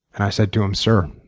i said to him, sir,